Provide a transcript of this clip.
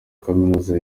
kaminuza